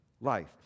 life